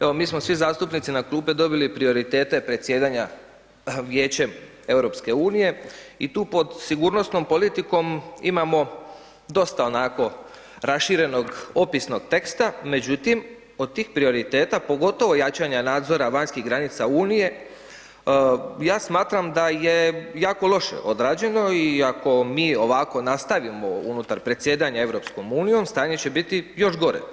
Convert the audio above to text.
Evo mi smo svi zajednice na klupe dobili prioritete predsjedanja Vijećem EU i tu pod sigurnosnom politikom imamo dosta onako raširenog opisnog teksta, međutim od tih prioriteta, pogotovo jačanja nadzora vanjskih granica Unije ja smatram da je jako loše odrađeno i ako mi ovako nastavimo unutar predsjedanja EU stanje će biti još gore.